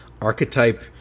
archetype